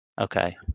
Okay